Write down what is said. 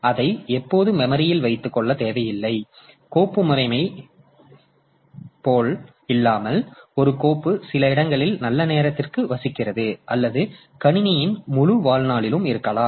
எனவே அதை எப்போதும் மெமரியில் வைத்துக் கொள்ளத் தேவையில்லை கோப்பு முறைமையைப் போலல்லாமல் ஒரு கோப்பு சில இடங்களில் நல்ல நேரத்திற்கு வசிக்கிறது அல்லது கணினியின் முழு வாழ்நாளிலும் இருக்கலாம்